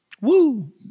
Woo